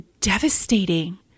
devastating